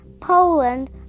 Poland